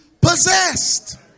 possessed